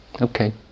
Okay